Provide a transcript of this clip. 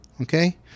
Okay